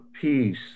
peace